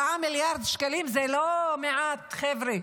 4 מיליארד שקלים זה לא מעט, חבר'ה.